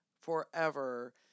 forever